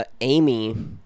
Amy